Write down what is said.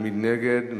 מי נגד?